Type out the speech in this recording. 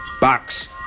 Box